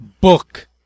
book